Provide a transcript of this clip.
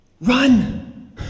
Run